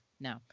No